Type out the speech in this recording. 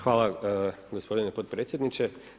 Hvala gospodine potpredsjedniče.